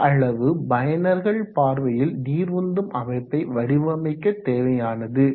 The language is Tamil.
அந்த அளவு பயனர்கள் பார்வையில் நீர் உந்தும் அமைப்பை வடிவமைக்க தேவையானது